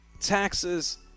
taxes